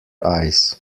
ice